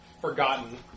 forgotten